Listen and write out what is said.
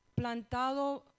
plantado